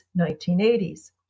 1980s